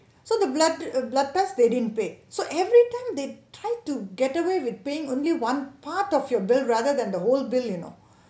so the blood uh blood test they didn't pay so every time they tried to get away with paying only one part of your bill rather than the whole bill you know